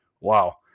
Wow